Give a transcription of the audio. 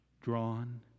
drawn